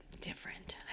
different